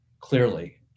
clearly